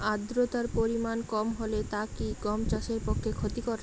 আর্দতার পরিমাণ কম হলে তা কি গম চাষের পক্ষে ক্ষতিকর?